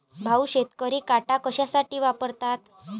भाऊ, शेतकरी काटा कशासाठी वापरतात?